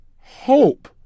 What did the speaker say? hope